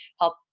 help